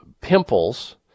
pimples